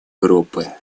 группы